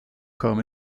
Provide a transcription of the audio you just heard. kam